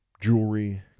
jewelry